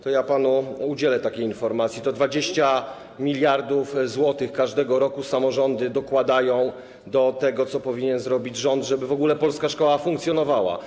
To ja panu udzielę takiej informacji: 20 mld zł każdego roku samorządy dokładają do tego, co powinien zrobić rząd, żeby w ogóle polska szkoła funkcjonowała.